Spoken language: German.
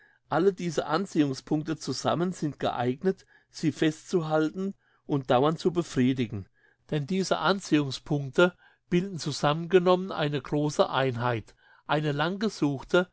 alle diese anziehungspunkte zusammen sind geeignet sie festzuhalten und dauernd zu befriedigen denn diese anziehungspunkte bilden zusammengenommen eine grosse einheit eine langgesuchte